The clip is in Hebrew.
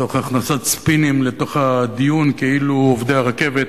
תוך הכנסת ספינים לתוך הדיון, כאילו עובדי הרכבת